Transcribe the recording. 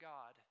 God